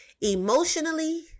emotionally